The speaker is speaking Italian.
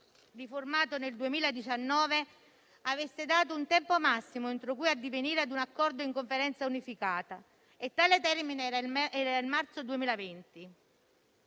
n. 66 del 2019, avesse dato un tempo massimo entro cui addivenire ad un accordo in Conferenza unificata, e il termine era il marzo 2020.